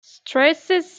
stresses